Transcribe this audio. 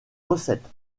recette